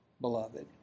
beloved